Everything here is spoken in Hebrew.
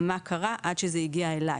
מה קרה עד שזה הגיע אלי.